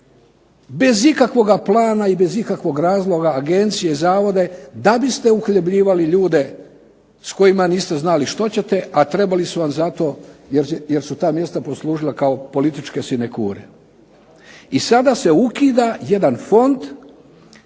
bez ikakvoga plana i bez ikakvog razloga agencije, zavode da biste uhljebljivali ljude s kojima niste znali što ćete, a trebali su vam zato jer su ta mjesta poslužila kao političke sinekure. I sada se ukida jedan fond